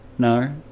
No